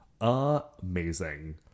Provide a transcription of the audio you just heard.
amazing